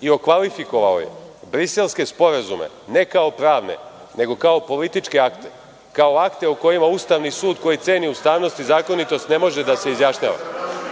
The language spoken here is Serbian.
i okvalifikovao je Briselske sporazume ne kao pravne nego kao političke akte, kao akte u kojima Ustavni sud koji ceni ustavnog i zakonitost ne može da se izjašnjava. Tako